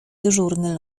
dyżurny